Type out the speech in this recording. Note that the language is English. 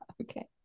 Okay